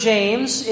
James